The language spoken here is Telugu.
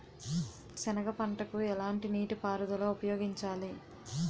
సెనగ పంటకు ఎలాంటి నీటిపారుదల ఉపయోగించాలి?